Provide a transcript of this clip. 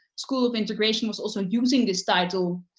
school of integration was also using this title.